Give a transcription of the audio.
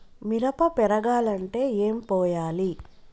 మిరప పెరగాలంటే ఏం పోయాలి?